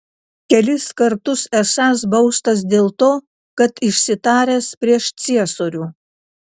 kelis kartus esąs baustas dėl to kad išsitaręs prieš ciesorių